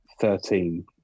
thirteen